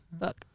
Look